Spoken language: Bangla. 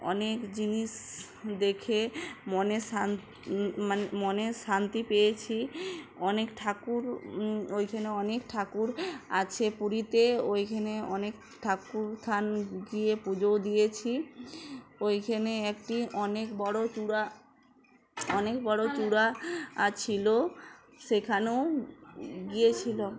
অনেক জিনিস দেখে মনে শান মানে মনে শান্তি পেয়েছি অনেক ঠাকুর ওইখানে অনেক ঠাকুর আছে পুরীতে ওইখেনে অনেক ঠাকুর থান গিয়ে পুজো দিয়েছি ওইখানে একটি অনেক বড়ো চূড়া অনেক বড়ো চূড়া ছিলো সেখানেও গিয়েছিলো